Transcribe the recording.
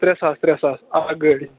ترٛےٚ ساس ترٛےٚ ساس اَکھ گٲڑۍ